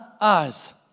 eyes